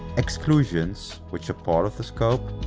exclusions, which are part of the scope,